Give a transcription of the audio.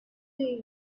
day